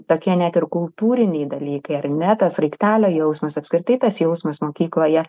tokie net ir kultūriniai dalykai ar ne tas sraigtelio jausmas apskritai tas jausmas mokykloje